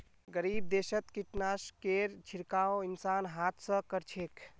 गरीब देशत कीटनाशकेर छिड़काव इंसान हाथ स कर छेक